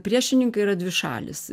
priešininkai yra dvi šalys